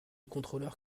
contrôleurs